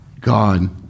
God